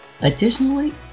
Additionally